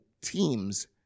teams